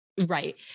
Right